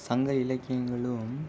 சங்க இலக்கியங்களும்